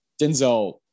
denzel